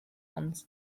ones